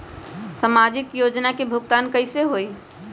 समाजिक योजना के भुगतान कैसे होई?